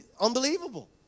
unbelievable